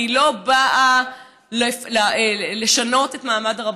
אני לא באה לשנות את מעמד הרבנות.